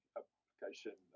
application